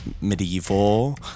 medieval